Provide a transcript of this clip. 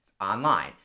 online